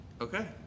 okay